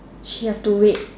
she have to wait